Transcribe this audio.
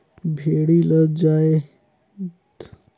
भेड़ी ल जायदतर ओकर रूआ निकाले बर पोस थें